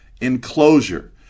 enclosure